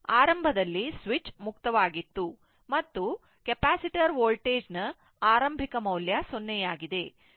ಆರಂಭದಲ್ಲಿ ಸ್ವಿಚ್ ಮುಕ್ತವಾಗಿತ್ತು ಮತ್ತು ಕೆಪಾಸಿಟರ್ ವೋಲ್ಟೇಜ್ ನ ಆರಂಭಿಕ ಮೌಲ್ಯ 0 ಆಗಿದೆ